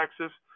Texas